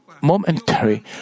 momentary